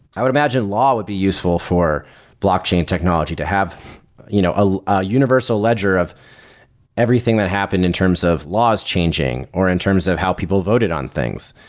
i would imagine law would be useful for blockchain and technology to have you know ah a universal ledger of everything that happened in terms of laws changing, or in terms of how people voted on things.